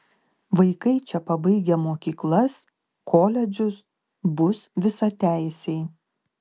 vaikai čia pabaigę mokyklas koledžus bus visateisiai